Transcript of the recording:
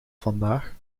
vandaag